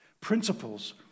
Principles